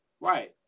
Right